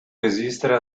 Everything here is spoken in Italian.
resistere